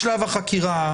משלב החקירה,